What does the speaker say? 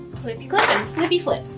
clippy clip, and flippy flip.